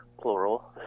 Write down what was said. Plural